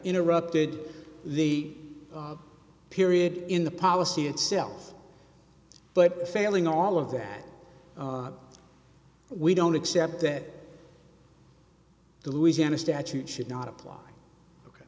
interrupted the period in the policy itself but failing all of that we don't accept that the louisiana statute should not apply